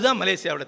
Malaysia